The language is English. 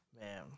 Man